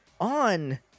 on